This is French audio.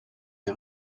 les